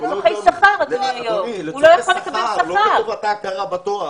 הוא לא מקבל הכרה בתואר.